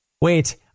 Wait